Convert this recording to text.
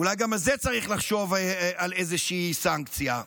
אולי גם בזה צריך לחשוב על איזושהי סנקציה.